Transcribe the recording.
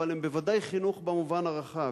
אבל הם ודאי חינוך במובן הרחב: